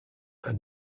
are